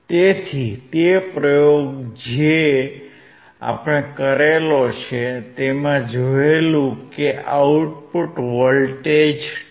તેથી તે પ્રયોગ છે જે આપણે કર્યો છે તેમાં જોએલુ કે આઉટપુટ વોલ્ટેજ 2